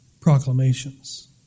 proclamations